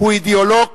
הוא אידיאולוג